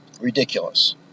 ridiculous